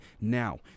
Now